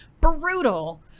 brutal